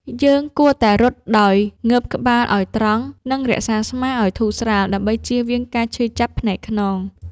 យើងគួរតែរត់ដោយងើបក្បាលឱ្យត្រង់ និងរក្សាស្មាឱ្យធូរស្រាល ដើម្បីជៀសវាងការឈឺចាប់ផ្នែកខ្នង។